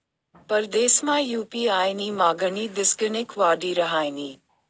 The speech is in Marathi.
परदेसमा यु.पी.आय नी मागणी दिसगणिक वाडी रहायनी